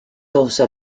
also